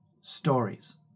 Stories